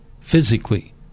physically